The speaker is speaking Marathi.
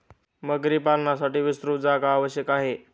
मगरी पालनासाठी विस्तृत जागा आवश्यक आहे